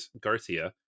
Garcia